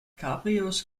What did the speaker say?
cabrios